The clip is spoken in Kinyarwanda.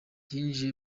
yinjiye